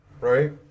Right